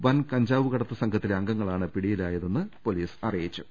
വൻ കഞ്ചാവ് കടത്ത് സംഘത്തിലെ അംഗങ്ങളാണ് പിടിയിലായ തെന്ന് പൊലീസ് അറിയിച്ചു